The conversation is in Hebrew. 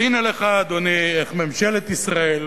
אז הנה לך, אדוני, איך ממשלת ישראל